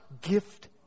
gift